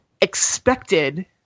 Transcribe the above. expected